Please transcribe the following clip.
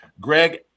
Greg